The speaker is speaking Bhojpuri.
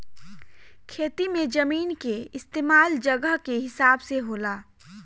खेती मे जमीन के इस्तमाल जगह के हिसाब से होला